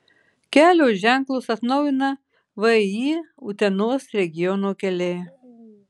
kelio ženklus atnaujina vį utenos regiono keliai